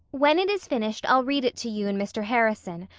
when it is finished i'll read it to you and mr. harrison,